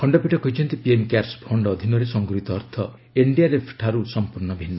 ଖଣ୍ଡପୀଠ କହିଚ୍ଚନ୍ତି PM cares fund ଅଧୀନରେ ସଂଗୃହିତ ଅର୍ଥ ଏନ୍ଡିଆର୍ଏଫ୍ଠାରୁ ସମ୍ପର୍ଣ୍ଣ ଭିନ୍ନ